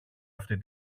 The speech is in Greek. αυτή